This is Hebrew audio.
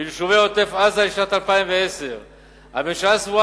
וליישובי עוטף רצועת-עזה לשנת 2010. הממשלה סבורה